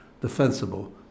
defensible